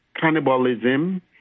cannibalism